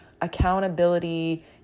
accountability